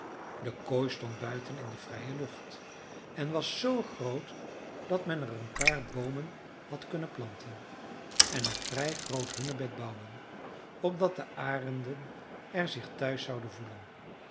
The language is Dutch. de kooi stond buiten in de vrije lucht en was zoo groot dat men er een paar boomen had kunnen planten en een vrij groot hunnenbed bouwen opdat de arenden er zich thuis zouden voelen